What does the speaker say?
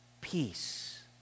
peace